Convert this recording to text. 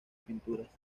pinturas